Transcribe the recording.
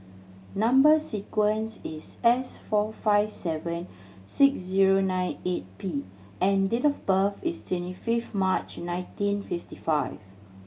number sequence is S four five seven six zero nine eight P and date of birth is twenty five March nineteen fifty five